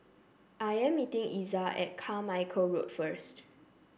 I am meeting Iza at Carmichael Road first